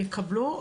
שיקבלו,